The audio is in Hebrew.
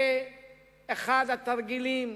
זה אחד התרגילים,